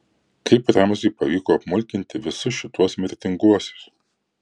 kaip ramziui pavyko apmulkinti visus šituos mirtinguosius